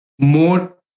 more